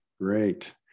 Great